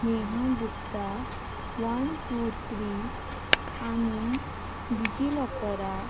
Neha Gupta one two three आनी डिजिलॉकराक